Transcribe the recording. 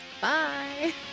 Bye